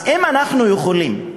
אז אם אנחנו יכולים,